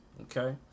Okay